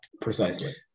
precisely